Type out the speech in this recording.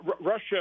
Russia